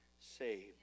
saved